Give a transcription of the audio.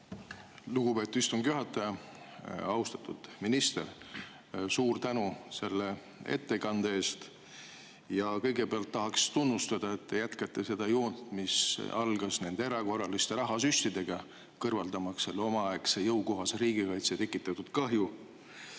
Lugupeetud istungi juhataja! Austatud minister! Suur tänu selle ettekande eest! Kõigepealt tahaks tunnustada, et te jätkate seda joont, mis algas nende erakorraliste rahasüstidega, kõrvaldamaks omaaegse jõukohase riigikaitse [kontseptsiooni]